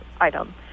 item